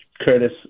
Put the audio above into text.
Curtis